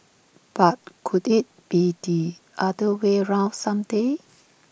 but could IT be the other way round some day